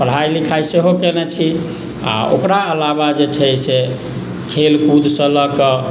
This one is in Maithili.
पढ़ाइ लिखाइ सेहो कयने छी आ ओकरा अलावा जे छै से खेलकूदसँ लकऽ